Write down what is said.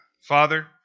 Father